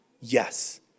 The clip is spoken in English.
Yes